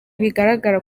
bigaragara